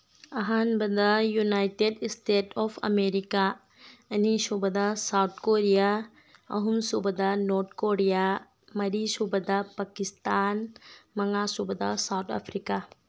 ꯑꯍꯥꯟꯕꯗ United States of America ꯑꯅꯤꯁꯨꯕꯗ South Korea ꯑꯍꯨꯝꯁꯨꯕꯗ ꯅꯣꯔꯠ ꯀꯣꯔꯤꯌꯥ ꯃꯔꯤꯁꯨꯗ ꯄꯀꯤꯁꯇꯥꯟ ꯃꯉꯥꯁꯨꯕꯗ ꯁꯥꯎꯠ ꯑꯐ꯭ꯔꯤꯀꯥ